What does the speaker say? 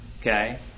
Okay